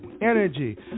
energy